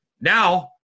Now